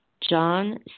John